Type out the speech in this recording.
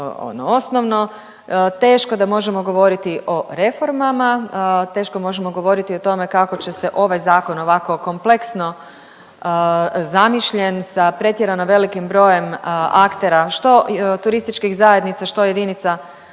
osnovno teško da možemo govoriti o reformama, teško možemo govoriti o tome kako će se ovaj zakon ovako kompleksno zamišljen sa pretjerano velikim brojem aktera što turističkih zajednica, što jedinica